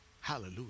Hallelujah